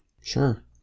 Sure